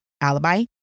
alibi